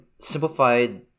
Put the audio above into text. simplified